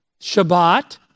Shabbat